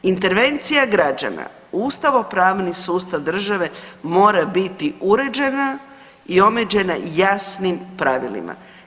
Intervencija građana u ustavno-pravni sustav države mora biti uređena i omeđena jasnim pravilima.